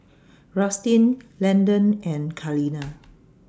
Rustin Landen and Kaleena